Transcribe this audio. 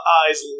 eyes